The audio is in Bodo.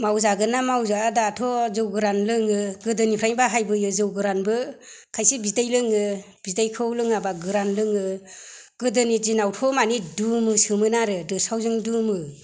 मावजागोन ना मावजाया दाथ' जौ गोरान लोङो गोदोनिफ्रायनो बाहायबोयो जौ गोरानबो खायसे बिदै लोङो बिदैखौ लोङाबा गोरान लोङो गोदोनि दिनावथ' माने दुमोसोमोन आरो दोसावजों दुमो